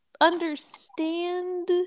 understand